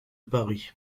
paris